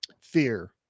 fear